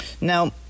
Now